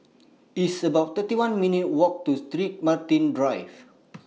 It's about thirty one minutes' Walk to St Martin's Drive